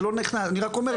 אני רק אומר,